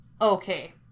Okay